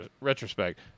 retrospect